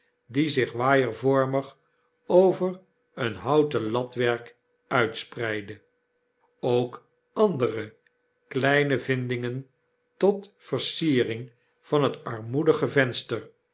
die zich waaiervormig over een houten latwerk uitspreidde ook andere kleine vindingen tot versiering van het armoedige venster